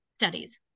studies